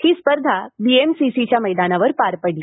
ही स्पर्धा बीएमसीसीच्या मैदानावर पार पडली